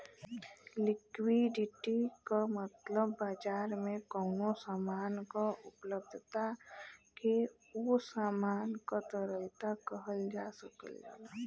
liquidity क मतलब बाजार में कउनो सामान क उपलब्धता के उ सामान क तरलता कहल जा सकल जाला